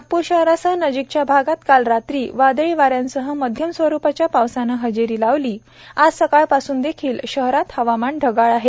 नागप्र शहरासह नजीकच्या भागात काल रात्री वदळी वाऱ्यांसह माध्यम स्वरुपाच्या पावसाने हजेरी लावली आज सकाळ पासून शहरात हवामान ढगाळ आहे